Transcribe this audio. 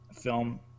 film